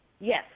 Yes